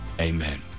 Amen